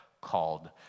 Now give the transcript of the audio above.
called